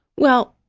well,